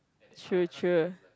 true true